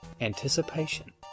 Anticipation